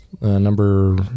number